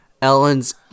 Ellen's